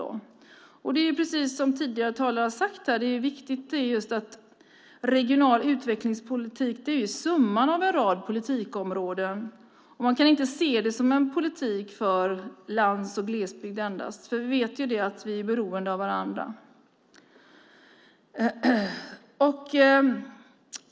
Det är riktigt, precis som tidigare talare har sagt, att just regional utvecklingspolitik är summan av en rad politikområden. Man kan inte se det som endast en politik för lands och glesbygd. Vi vet ju att vi är beroende av varandra.